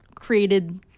created